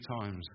times